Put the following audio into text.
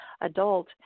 adult